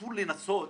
אסור לנסות